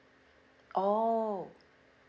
oh